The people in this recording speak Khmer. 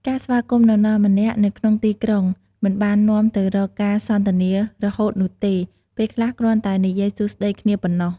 ការស្វាគមន៍នរណាម្នាក់នៅក្នុងទីក្រុង មិនបាននាំទៅរកការសន្ទនារហូតនោះទេ ពេលខ្លះគ្រាន់តែនិយាយសួស្តីគ្នាប៉ណ្ណោះ។